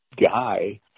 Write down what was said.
guy